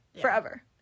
Forever